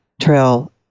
trail